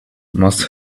must